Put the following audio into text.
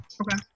Okay